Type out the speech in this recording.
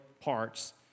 parts